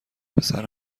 پسر